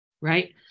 Right